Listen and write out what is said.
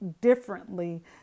differently